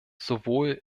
sowohl